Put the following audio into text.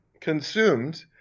consumed